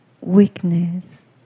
weakness